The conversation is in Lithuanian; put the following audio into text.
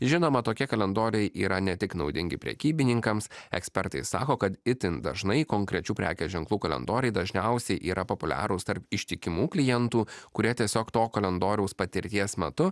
žinoma tokie kalendoriai yra ne tik naudingi prekybininkams ekspertai sako kad itin dažnai konkrečių prekės ženklų kalendoriai dažniausiai yra populiarūs tarp ištikimų klientų kurie tiesiog to kalendoriaus patirties matu